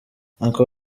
uncle